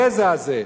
הגזע הזה,